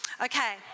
Okay